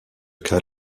cas